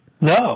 No